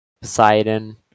Poseidon